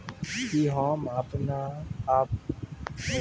कि होम आप खाता सं दूसर खाता मे भेज सकै छी?